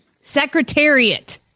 Secretariat